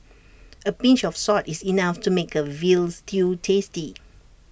A pinch of salt is enough to make A Veal Stew tasty